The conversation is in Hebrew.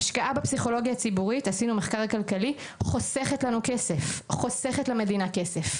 עשינו מחקר כלכלי השקעה בפסיכולוגיה הציבורית חוסכת למדינה כסף.